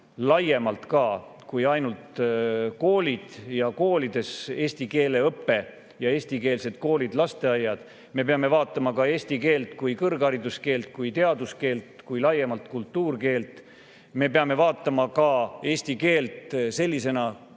laiemalt kui ainult koolid ja koolides eesti keele õpe ja eestikeelsed koolid, lasteaiad. Me peame vaatama ka eesti keelt kui kõrghariduskeelt, kui teaduskeelt, kui laiemalt kultuurkeelt, me peame vaatama ka eesti keelt sellisena,